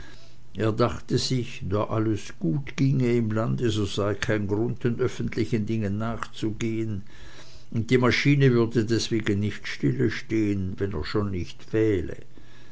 er dachte sich da alles gut ginge im lande so sei kein grund den öffentlichen dingen nachzugehen und die maschine würde deswegen nicht stillestehen wenn er schon nicht wähle